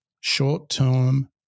short-term